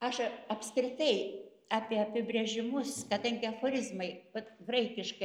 aš apskritai apie apibrėžimus kadangi aforizmai vat graikiškai